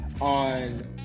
on